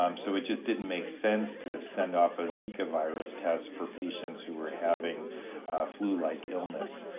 um so it just didn't make sense to send off a zika virus test for patients who were having flu like illness.